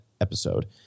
episode